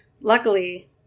luckily